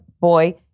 boy